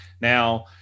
Now